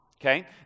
okay